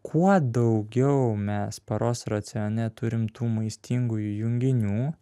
kuo daugiau mes paros racione turim tų maistingųjų junginių